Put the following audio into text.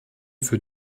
für